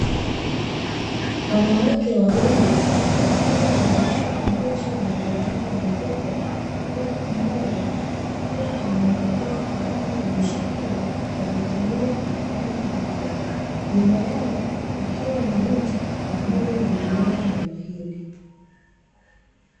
Wanawake wawili wakiwa wameshika mbuzi mwenye rangi nyeupe, huku mmoja akiwa anamuwekea alama kwenye sikio kwa kutumia kifaa maalum, nyuma yao kukiwa na miti pamoja na mimea ya mahindi.